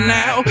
now